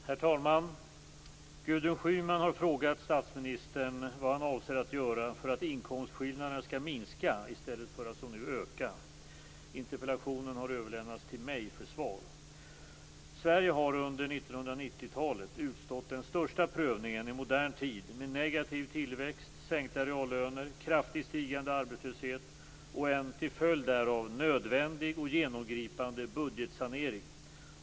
Herr talman! Gudrun Schyman har frågat statsministern vad han avser att göra för att inkomstskillnaderna skall minska, i stället för att som nu öka. Interpellationen har överlämnats till mig för svar. Sverige har under 1990-talet utstått den största prövningen i modern tid med negativ tillväxt, sänkta reallöner, kraftigt stigande arbetslöshet och en, till följd därav, nödvändig och genomgripande budgetsanering.